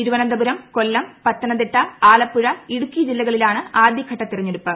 തിരുവനന്തപുരം കൊല്ലം പത്തനംതിട്ട ആലപ്പുഴ ഇടുക്കി ജില്ലകളിലാണ് ആദ്യഘട്ട തെരഞ്ഞെടുപ്പ്